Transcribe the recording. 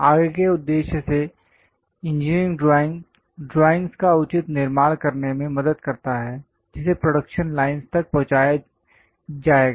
आगे के उद्देश्य से इंजीनियरिंग ड्राइंग ड्राइंग्स का उचित निर्माण करने में मदद करता है जिसे प्रोडक्शन लाइनस् तक पहुंचाया जाएगा